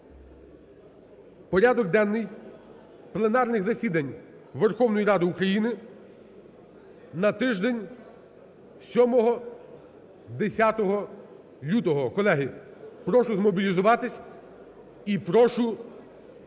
порядок денний пленарних засідань Верховної Ради України на тиждень 7-10 лютого.